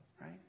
Right